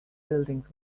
buildings